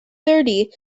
thirty